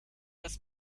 das